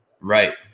Right